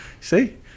see